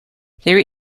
there